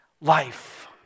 Life